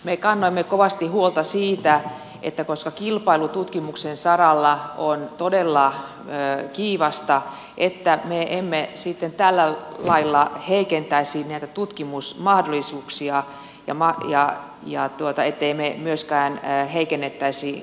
me kannamme kovasti huolta siitä että koska kilpailu tutkimuksen saralla on todella kiivasta me kannoimme kovasti huolta siitä ettemme me tällä lailla heikentäisi tutkimusmahdollisuuksia ja et temme myöskään heikentäisi kansainvälistä menestymistämme